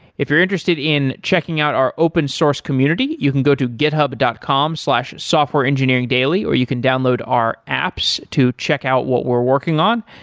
if you're interested in checking out our open-source community, you can go to github dot com slash softwareengineeringdaily or you can download our apps to check out what we're working on.